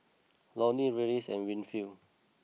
Lorne Reyes and Winfield